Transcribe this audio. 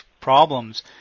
problems